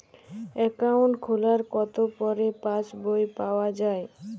Account খোলার কতো পরে পাস বই পাওয়া য়ায়?